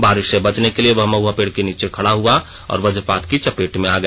बारिश से बचने के लिए वह महआ पेड़ के नीचे जा खड़ा हुआ और वज्रपात की चपेट में आ गया